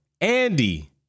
Andy